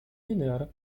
linear